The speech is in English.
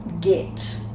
get